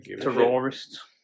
terrorists